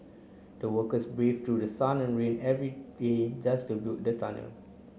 the workers brave through sun and rain every day just to build the tunnel